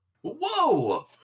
Whoa